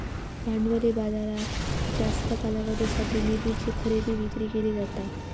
भांडवली बाजारात जास्त कालावधीसाठी निधीची खरेदी विक्री केली जाता